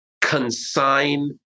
consign